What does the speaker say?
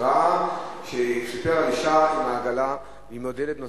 הוא סיפר על אשה עם עגלה, עם עוד ילד נוסף,